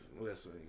Listen